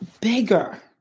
bigger